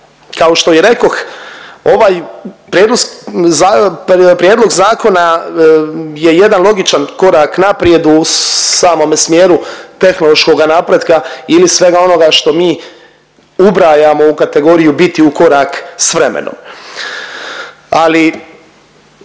ovaj .../nerazumljivo/... prijedlog zakona je jedan logičan korak naprijed u samome smjeru tehnološkoga napretka ili svega onoga što mi ubrajamo u kategoriju biti ukorak s vremenom. Ali,